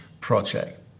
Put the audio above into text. project